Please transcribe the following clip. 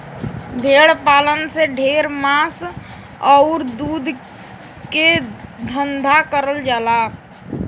भेड़ पालन से ढेर मांस आउर दूध के धंधा करल जाला